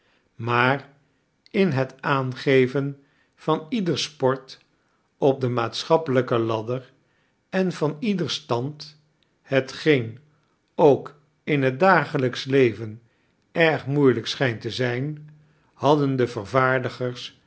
maar in het aangeven van ieders sport op de maatsehappelijke ladder en van ieders stand hetgeen ook in het dagelijksch leven erg moeilijk schijnt te zijn hadden de vervaardigers